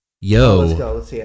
Yo